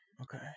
okay